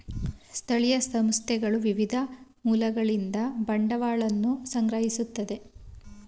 ಸ್ಥಳೀಯ ಸಂಸ್ಥೆಗಳು ವಿವಿಧ ಮೂಲಗಳಿಂದ ಬಂಡವಾಳವನ್ನು ಸಂಗ್ರಹಿಸುತ್ತದೆ